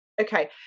okay